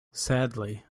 sadly